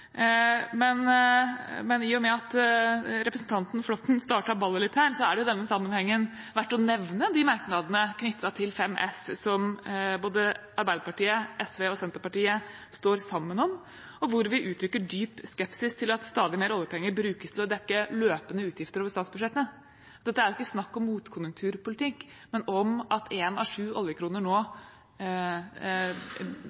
Men i og med at representanten Flåtten startet ballet litt her, er det i denne sammenhengen verdt å nevne de merknadene knyttet til Innst. 5 S som Arbeiderpartiet, SV og Senterpartiet står sammen om, og hvor vi uttrykker dyp skepsis til at stadig mer oljepenger brukes til å dekke løpende utgifter over statsbudsjettet. Dette er ikke snakk om motkonjunkturpolitikk, men om at én av sju